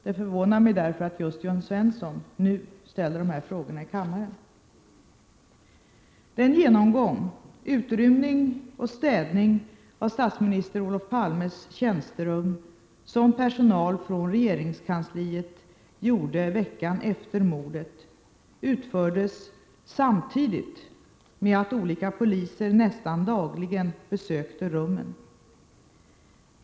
Det förvånar mig därför att just Jörn Svensson nu ställer de här frågorna i kammaren. Den genomgång, utrymning och städning av statsminister Olof Palmes tjänsterum som personal från regeringskansliet gjorde veckan efter mordet utfördes samtidigt med att olika poliser nästan dagligen besökte rummen.